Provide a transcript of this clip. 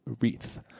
wreath